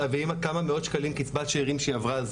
ועם הכמה מאות שקלים קצבת שארים שהיא עברה,